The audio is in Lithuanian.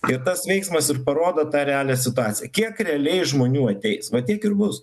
kai tas veiksmas ir parodo tą realią situaciją kiek realiai žmonių ateis va tiek ir bus